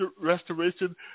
restoration